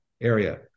area